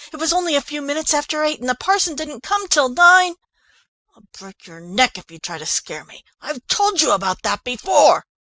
it was only a few minutes after eight, and the parson didn't come till nine. i'll break your neck if you try to scare me! i've told you about that before.